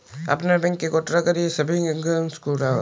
আপনার ব্যাংকে কতো টাকা দিয়ে সেভিংস অ্যাকাউন্ট খোলা হয়?